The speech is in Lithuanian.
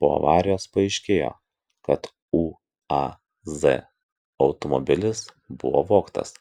po avarijos paaiškėjo kad uaz automobilis buvo vogtas